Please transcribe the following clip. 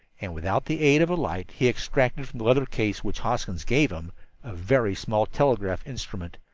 and without the aid of a light he extracted from the leather case which hoskins gave him a very small telegraph instrument.